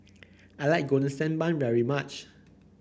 I like Golden Sand Bun very much